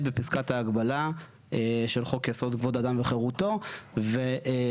בפסגת ההגבלה של חוק יסוד כבוד האדם וחירותו ומידתי.